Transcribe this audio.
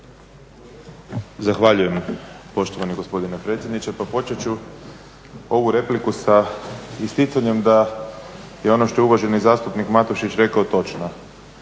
Zahvaljujem poštovani gospodine predsjedniče. Pa počet ću ovu repliku sa isticanjem da je ono što je uvaženi zastupnik Matušić rekao točno,